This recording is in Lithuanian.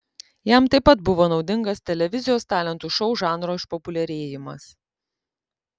jam taip pat buvo naudingas televizijos talentų šou žanro išpopuliarėjimas